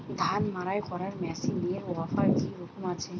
ধান মাড়াই করার মেশিনের অফার কী রকম আছে?